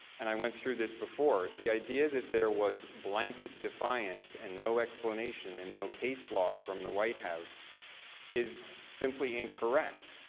and i went to this before. the idea that there was blanket defiance and no explanation and no case law from the white house is simply incorrect.